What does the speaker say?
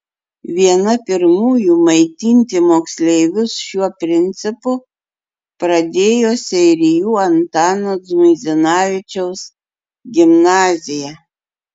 viena pirmųjų maitinti moksleivius šiuo principu pradėjo seirijų antano žmuidzinavičiaus gimnazija